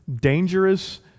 dangerous